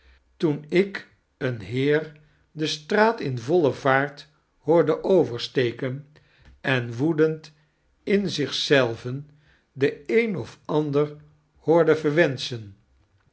toen ik een heer de straat in voile vaart hoorde oversteken en woedend in zich zelven den een of ander hoorde verwenschen